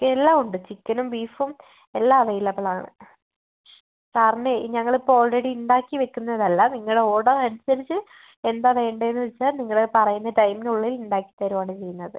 chicken എല്ലാം ഉണ്ട് ചിക്കനും ബീഫും എല്ലാം അവൈലബിൾ ആണ് സാറിന് ഞങ്ങളിപ്പോൾ ഓൾറെഡി ഉണ്ടാക്കി വെക്കുന്നതല്ല നിങ്ങൾ ഓർഡർ അനുസരിച്ച് എന്താ വേണ്ടേന്ന് വെച്ചാൽ നിങ്ങൾ അത് പറയുന്ന ടൈമിനുള്ളിൽ ഉണ്ടാക്കി തരുവാണ് ചെയ്യുന്നത്